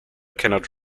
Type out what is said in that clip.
cannot